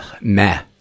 meh